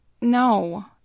no